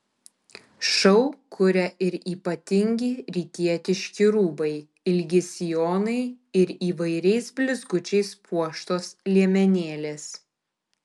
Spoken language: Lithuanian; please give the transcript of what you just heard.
šou kuria ir ypatingi rytietiški rūbai ilgi sijonai ir įvairiais blizgučiais puoštos liemenėlės